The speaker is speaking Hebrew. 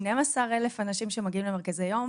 12,000 אנשים שמגיעים למרכזי יום,